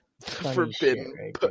Forbidden